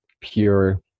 pure